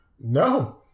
No